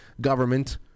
government